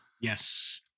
yes